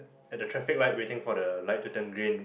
at the traffic light waiting for the light to turn green